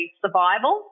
survival